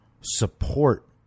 support